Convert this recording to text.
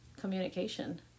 communication